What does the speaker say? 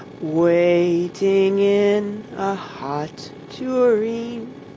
waiting in a hot tureen!